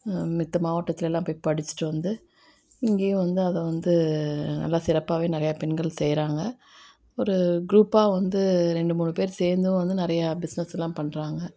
மத்த மாவட்டத்துலெலாம் போய் படிச்சுட்டு வந்து இங்கேயும் வந்து அதை வந்து நல்லா சிறப்பாகவே நிறையா பெண்கள் செய்கிறாங்க ஒரு க்ரூப்பாக வந்து ரெண்டு மூணு பேர் சேர்ந்தும் வந்து நிறையா பிஸ்னஸெலாம் பண்ணுறாங்க